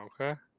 Okay